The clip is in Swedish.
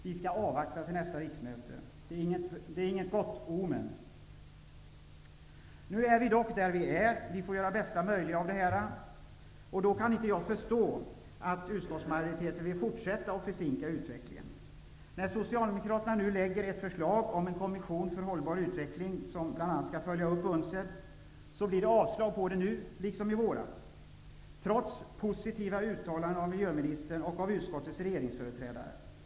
Vi skall avvakta till nästa riksmöte. Det är inget gott omen. Nu är vi dock där vi är. Vi får göra bästa möjliga av det vi har. Då kan jag inte förstå att utskottsmajoriteten vill fortsätta att försinka utvecklingen. När Socialdemokraterna nu lägger fram ett förslag om en kommission för hållbar utveckling som bl.a. skall följa upp UNCED, avstyrker utskottet förslaget, liksom man gjorde i våras -- och detta trots positiva uttalanden från miljöministern och företrädare för regeringspartierna i utskottet.